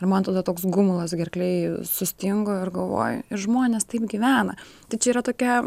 ir man tada toks gumulas gerklėj sustingo ir galvoju žmonės taip gyvena tai čia yra tokia